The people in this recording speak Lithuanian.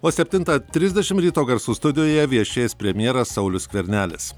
o septintą trisdešimt ryto garsų studijoje viešės premjeras saulius skvernelis